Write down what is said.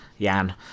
Jan